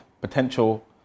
potential